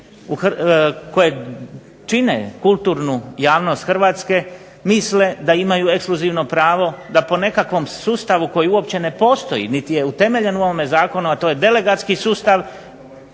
koje čine kulturnu javnost Hrvatske misle da imaju ekskluzivno pravo da po nekakvom sustavu koji uopće ne postoji niti je utemeljen u ovome zakonu a to je delegatski sustav